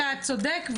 אתה צודק,